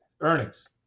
earnings